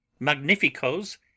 Magnificos